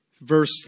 verse